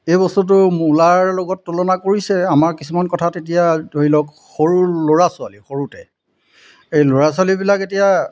এই বস্তুটো মূলাৰ লগত তুলনা কৰিছে আমাৰ কিছুমান কথাত এতিয়া ধৰি লওক সৰু ল'ৰা ছোৱালী সৰুতে এই ল'ৰা ছোৱালীবিলাক এতিয়া